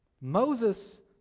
Moses